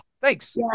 thanks